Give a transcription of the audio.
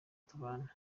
tubana